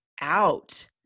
out